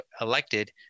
elected